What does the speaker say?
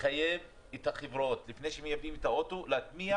לחייב את החברות לפני שמייבאים את הרכבים, להטמיע